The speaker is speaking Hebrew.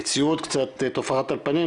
המציאות קצת תופחת על פנינו,